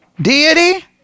deity